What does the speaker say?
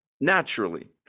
naturally